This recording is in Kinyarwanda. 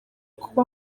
kuba